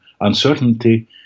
uncertainty